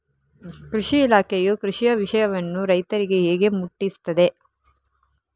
ಕೃಷಿ ಇಲಾಖೆಯು ಕೃಷಿಯ ವಿಷಯವನ್ನು ರೈತರಿಗೆ ಹೇಗೆ ಮುಟ್ಟಿಸ್ತದೆ?